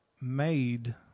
made